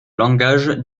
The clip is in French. langage